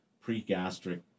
pre-gastric